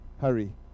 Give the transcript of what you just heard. hurry